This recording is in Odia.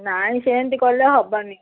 ନାହିଁ ସେମତି କଲେ ହବନି